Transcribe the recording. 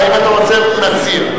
האם אתה רוצה להסיר?